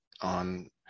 on